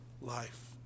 life